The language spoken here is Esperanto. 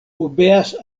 obeas